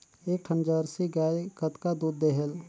एक ठन जरसी गाय कतका दूध देहेल?